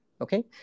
okay